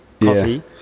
coffee